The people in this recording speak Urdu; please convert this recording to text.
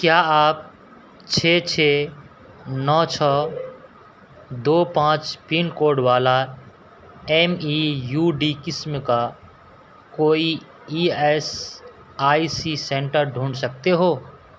کیا آپ چھ چھ نو چھ دو پانچ پن کوڈ والا ایم ای یو ڈی قسم کا کوئی E S I C centre ڈھونڈ سکتے ہو